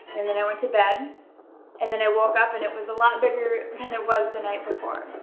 and then i went to bed and then i woke up and it was a lot bigger than it was the night before.